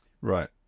Right